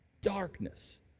darkness